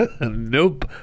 Nope